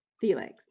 Felix